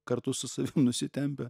kartu su savim nusitempia